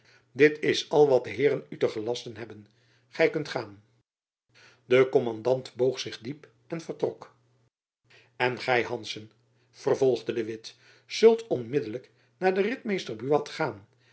dit is al wat de heeren u te gelasten hebben gy kunt gaan de kommandant boog zich diep en vertrok en gy hanszen vervolgde de witt zult onmiddelijk naar den ritmeester buat gaan